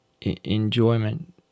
enjoyment